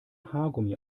haargummi